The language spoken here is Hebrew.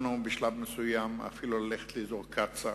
בשלב מסוים חשבנו אפילו ללכת לאזור קצא"א.